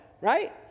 right